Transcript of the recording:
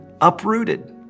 uprooted